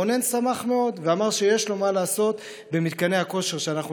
רונן שמח מאוד ואמר שיש לו מה לעשות במתקני הכושר שאנחנו